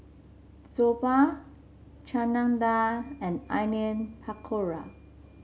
Soba Chana Dal and Onion Pakora